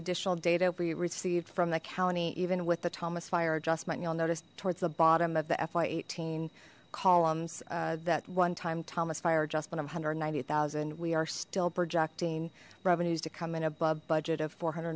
additional data we received from the county even with the thomas fire adjustment you'll notice towards the bottom of the fy eighteen columns that one time thomas fire adjustment one hundred and ninety zero we are still projecting revenues to come in above budget of four hundred